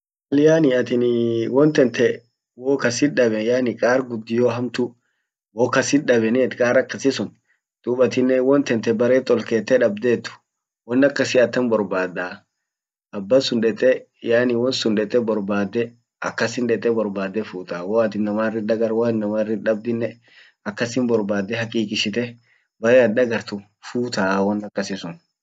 mal yaani atin won tante won kasit daben yaani qar guddio hamtu wokasit dabenit qar akasisun dub atinnen won tante baret olkete dabdet won akasi atam borbadaa? Abbasun dette yaani won sun dette borbadde ,akasin dette borbadde futaa waat innama irrit dagart waat innama irrit dabdine akasin borbade hakikishite bare at dagartu futa won akasisun